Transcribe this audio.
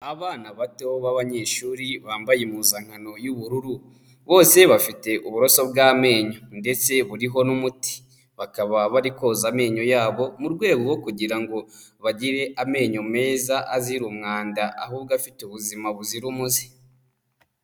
Abana bato b'abanyeshuri bambaye impuzankano y'ubururu, bose bafite uburoso bw'amenyo ndetse buriho n'umuti, bakaba bari koza amenyo yabo mu rwego rwo kugira ngo bagire amenyo meza azira umwanda ahubwo afite ubuzima buzira umuze.